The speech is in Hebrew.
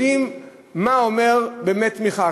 יודעים מה אומרת באמת תמיכה?